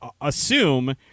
assume